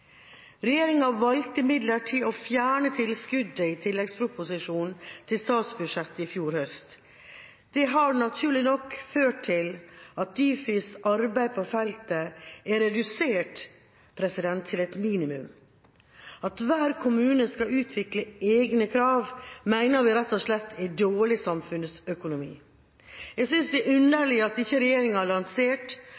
Regjeringa valgte imidlertid å fjerne tilskuddet i tilleggsproposisjonen til statsbudsjettet i fjor høst. Det har naturlig nok ført til at Difis arbeid på feltet er redusert til et minimum. At hver kommune skal utvikle egne krav mener vi rett og slett er dårlig samfunnsøkonomi. Jeg synes det er